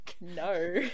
No